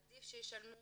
עדיף שישלמו